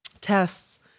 tests